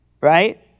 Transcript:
right